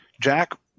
jack